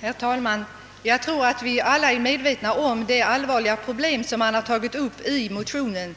Herr talman! Jag tror att vi alla är medvetna om det allvarliga problem som har tagits upp i motionen,